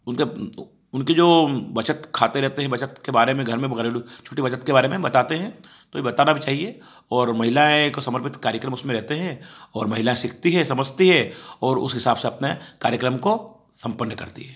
उनके उनके जो बचत खाते रहते हैं बचत के बारे में घर में घरेलू छोटी बचत के बारे में बताते हैं तो ये बताना भी चाहिए और महिलाएँ को समर्पित कार्यक्रम उसमें रहते हैं और महिलाएँ सीखती हैं समझती हैं और उस हिसाब से अपने कार्यक्रम को सम्पन्न करती है